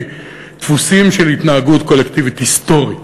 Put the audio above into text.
דפוסים של התנהגות קולקטיבית היסטורית.